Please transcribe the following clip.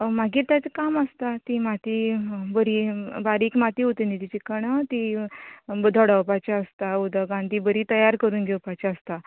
मागीर तेजे काम आसता ती माती बरी बारीक माती उरता न्ही ती चिकण ती धडवपाची आसता उदकान ती बरी तयार करून घेवपाची आसता